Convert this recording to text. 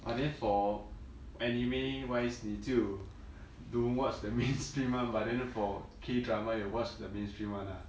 ah then for anime wise 你就 don't watch the mainstream one but then for K drama you watch the mainstream one ah